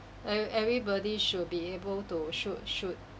every~ everybody should be able to should should